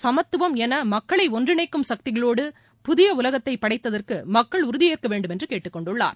சமத்துவம் என மக்களை ஒன்றிணைக்கும் சக்திகளோடு புதிய உலகத்தை படைத்தற்கு மக்கள் உறுதியேற்க வேண்டும் என்று கேட்டுக் கொண்டுள்ளார்